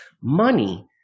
money